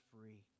free